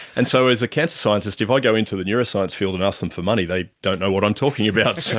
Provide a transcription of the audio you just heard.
and so as a cancer scientist, if i go into the neuroscience field and ask them for money, they don't know what i'm talking about, so